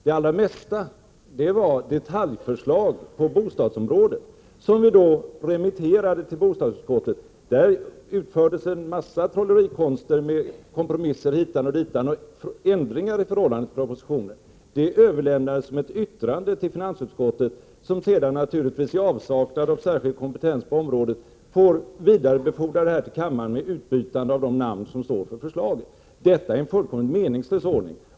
De allra flesta var detaljförslag på bostadsområdet som vi remitterade till bostadsutskottet. Där utfördes en massa trollerikonster med kompromisser hit och dit och ändringar i förhållande till propositionen. Det hela överlämnades som ett yttrande till finansutskottet, som sedan naturligtvis i avsaknad av särskild kompetens på området fick vidarebefordra ärendet till kammaren med utbytande av de namn som stod bakom förslaget. Detta är en fullkomligt meningslös ordning.